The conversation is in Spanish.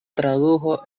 tradujo